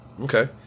Okay